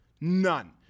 None